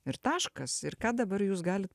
ir taškas ir ką dabar jūs galit